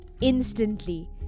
instantly